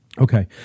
Okay